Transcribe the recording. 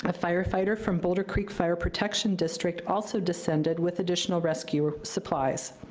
but firefighter from boulder creek fire protection district also descended with additional rescue supplies.